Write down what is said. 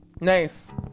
Nice